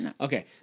Okay